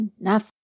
enough